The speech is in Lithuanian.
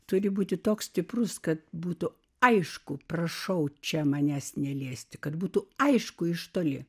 turi būti toks stiprus kad būtų aišku prašau čia manęs neliesti kad būtų aišku iš toli